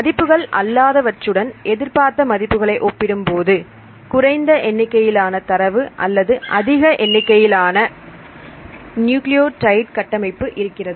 மதிப்புகள் அல்லாதவற்றுடன் எதிர்பார்த்த மதிப்புகளை ஒப்பிடும்போது குறைந்த எண்ணிக்கையிலான தரவு அல்லது அதிக எண்ணிக்கையிலான நியூக்ளியோடைடு கட்டமைப்பு இருக்கிறது